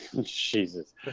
Jesus